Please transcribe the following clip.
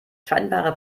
scheinbare